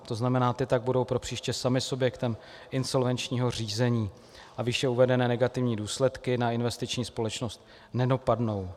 To znamená, ty tak budou propříště samy subjektem insolvenčního řízení a výše uvedené negativní důsledky na investiční společnost nedopadnou.